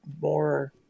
more